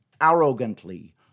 arrogantly